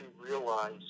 realize